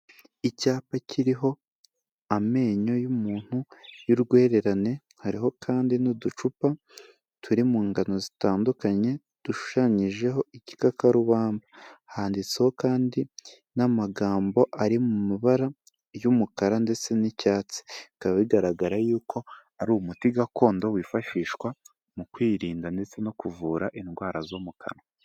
Icyapa kiriho amenyo y'umuntu y'urwererane, hariho kandi n'uducupa turi mu ngano zitandukanye dushushanyijeho ikikakarubamba. Handitseho kandi n'amagambo ari mu mabara y'umukara ndetse n'icyatsi, bikaba bigaragara yuko ari umuti gakondo wifashishwa mu kwirinda ndetse no kuvura indwara zo mu kanwa.